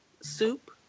soup